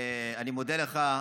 אני מודה לך.